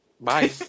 Bye